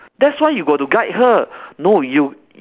that's why you got to guide her no you